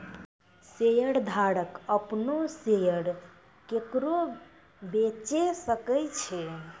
शेयरधारक अपनो शेयर केकरो बेचे सकै छै